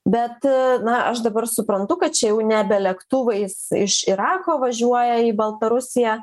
bet na aš dabar suprantu kad čia jau nebe lėktuvais iš irako važiuoja į baltarusiją